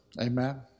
Amen